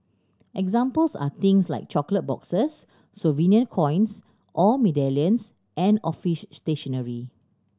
examples are things like chocolate boxes souvenir coins or medallions and office stationery